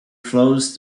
flows